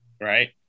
right